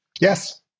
Yes